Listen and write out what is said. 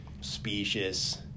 specious